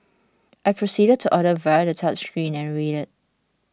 I proceeded to order via the touchscreen and waited